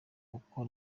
uko